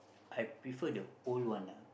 I prefer the old one ah